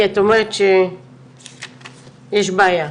כי את אומרת שיש בעיה,